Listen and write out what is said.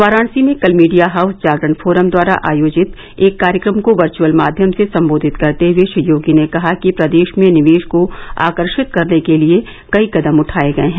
वाराणसी में कल media house Jagran forum द्वारा आयोजित एक कार्यक्रम को वर्नुअल माध्यम से सम्बोधित करते हुए श्री योगी र्न कहा कि प्रदेश में निवेश को आकर्षित करने के लिये कई कदम उठाये गये हैं